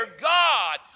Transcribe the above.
God